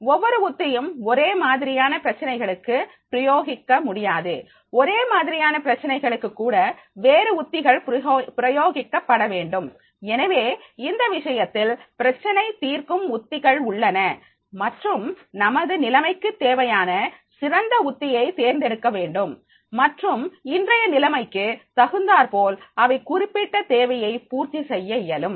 ஒவ்வொரு உத்தியும் ஒரே மாதிரியான பிரச்சனைகளுக்கு பிரயோகிக்க முடியாது ஒரே மாதிரியான பிரச்சனைகளுக்கு கூட வேறு உத்திகள் பிரயோகிக்கப்பட வேண்டும் எனவே இந்த விஷயத்தில் பிரச்சினை தீர்க்கும் உத்திகள் உள்ளன மற்றும் நமது நிலைமைக்கு தேவையான சிறந்த உத்தியை தேர்ந்தெடுக்க வேண்டும் மற்றும் இன்றைய நிலைமைக்கு தகுந்தார்போல் அவை குறிப்பிட்ட தேவையை பூர்த்தி செய்ய இயலும்